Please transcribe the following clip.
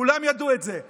כולם ידעו את זה,